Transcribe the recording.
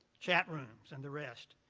chat rooms and the rest.